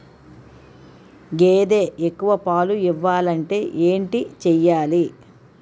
గేదె ఎక్కువ పాలు ఇవ్వాలంటే ఏంటి చెయాలి?